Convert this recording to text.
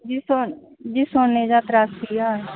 ਜੀ ਸੋਨੇ ਜੀ ਸੋਨੇ ਦਾ ਤਰਾਸੀ ਹਜ਼ਾਰ